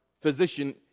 physician